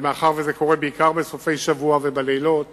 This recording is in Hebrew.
ומאחר שזה קורה בעיקר בסופי שבוע ובלילות,